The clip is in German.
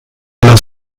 alle